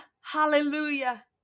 hallelujah